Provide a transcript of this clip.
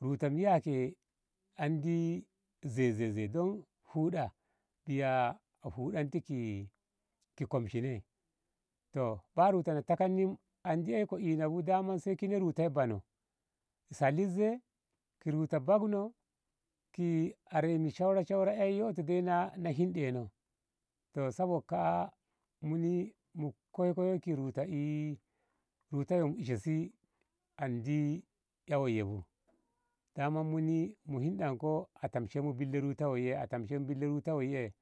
Ruta biya te andi zai- zai- zai don huda biya hudanti ki komshine toh ta ruta takanni ko an ei ko ina bu dama sai kine ruta yo banoh salis ei ki ruta babno ki are ma shaura shaura ei yoto dai na hinde no toh sabok ka. a muni mu koikoyo ki ruta mu ise si andi ƴawoi bu daman muni mu hindan ko a tamshenmu billa ruta woiye atamshenmu billa ruta woiye